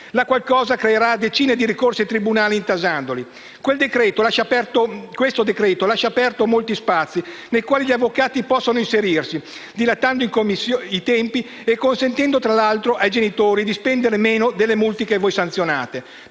la qualcosa creerà decine di ricorsi ai tribunali, intasandoli. Questo decreto-legge lascia aperti molti spazi nei quali gli avvocati possono inserirsi, dilatando i tempi e consentendo, tra l'altro, ai genitori di spendere meno delle multe che voi sanzionate.